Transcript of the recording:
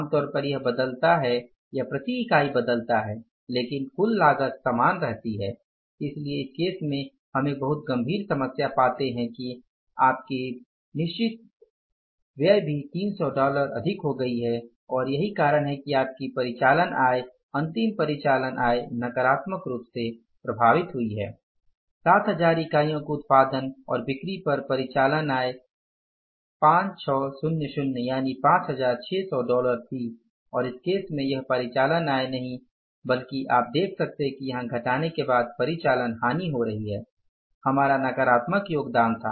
आम तौर पर यह नहीं बदलता है यह प्रति इकाई बदलता है लेकिन कुल लागत समान रहती है इसलिए इस केस में हम एक बहुत गंभीर समस्या पाते हैं कि आपकी भी 300 डॉलर से अधिक हो गई है और यही कारण है कि आपकी परिचालन आय अंतिम परिचालन आय नकारात्मक रूप से प्रभावित हुई है 7000 इकाइयों के उत्पादन और बिक्री पर परिचालन आय 5600 डॉलर थी और इस केस में यह परिचालन आय नहीं बल्कि आप देख सकते हैं कि यहाँ घटाने के बाद परिचालन हानि हो रही है हमारा सकारात्मक योगदान था